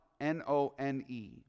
N-O-N-E